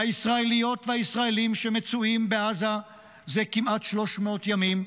לישראליות ולישראלים שמצויים בעזה זה כמעט 300 ימים,